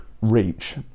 reach